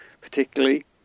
particularly